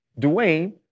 Dwayne